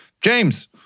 James